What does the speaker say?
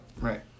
Right